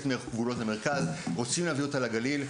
מגבולות המרכז ושרוצים להביא אותה לגליל,